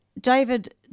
David